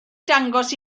dangos